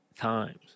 times